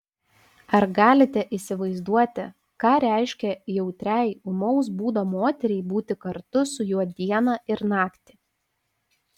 ar galite įsivaizduoti ką reiškia jautriai ūmaus būdo moteriai būti kartu su juo dieną ir naktį